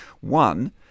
One